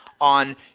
on